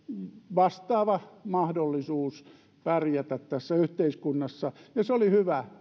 vastaava mahdollisuus pärjätä tässä yhteiskunnassa ja se oli hyvä